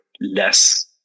less